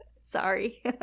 Sorry